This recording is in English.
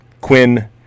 quinn